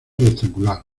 rectangular